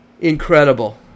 Incredible